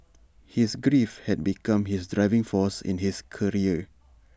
his grief had become his driving force in his career